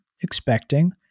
expecting